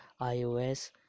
iOS